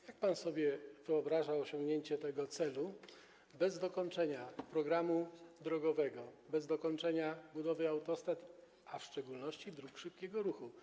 Jak pan sobie wyobraża osiągnięcie tego celu bez dokończenia programu drogowego, bez dokończenia budowy autostrad, a w szczególności dróg szybkiego ruchu?